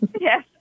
Yes